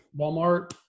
Walmart